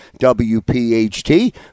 WPHT